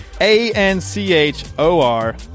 A-N-C-H-O-R